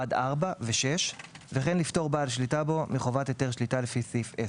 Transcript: עד (4) ו-(6) וכן לפטור בעל שליטה בו מחובת היתר שליטה לפי סעיף 10,